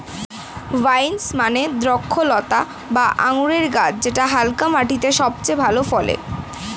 vines মানে দ্রক্ষলতা বা আঙুরের গাছ যেটা হালকা মাটিতে সবচেয়ে ভালো ফলে